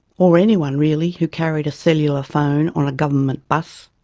or anyone, really, who carried a cellular phone on a government bus.